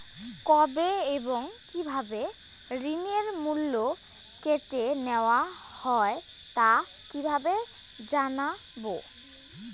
কবে এবং কিভাবে ঋণের মূল্য কেটে নেওয়া হয় তা কিভাবে জানবো?